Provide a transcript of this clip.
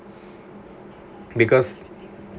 because